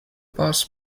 boss